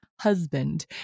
husband